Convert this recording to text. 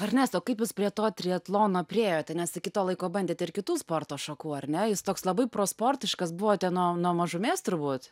ernestai o kaip jūs prie to triatlono priėjote nes iki to laiko bandėte ir kitų sporto šakų ar ne jūs toks labai prosportiškas buvote nuo nuo mažumės turbūt